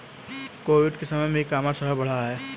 Covid के समय में ई कॉमर्स और बढ़ा है